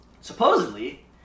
Supposedly